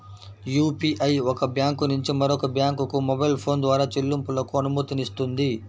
UPI ఒక bank నుంచి మరొక బ్యాంకుకు మొబైల్ ఫోన్ ద్వారా చెల్లింపులకు అనుమతినిస్తుంది